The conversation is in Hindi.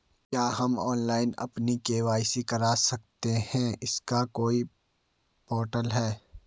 क्या हम ऑनलाइन अपनी के.वाई.सी करा सकते हैं इसका कोई पोर्टल है?